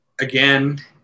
again